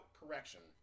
correction